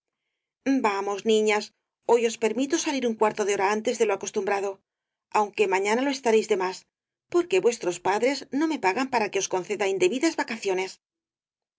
vamos niñas hoy os permito salir un cuarto de hora antes de lo acostumbrado aunque mañana lo estaréis de más porque vuestros padres no me pagan para que os conceda indebidas vacaciones